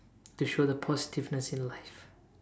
to show the positiveness in life